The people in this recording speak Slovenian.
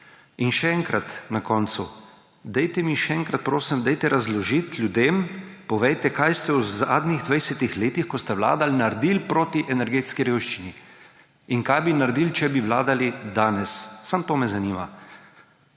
In še enkrat na koncu, dajte še enkrat, prosim, razložiti ljudem, povejte, kaj ste v zadnjih dvajsetih letih, ko ste vladali, naredili proti energetski revščini in kaj bi naredili, če bi vladali danes. Samo to me zanima.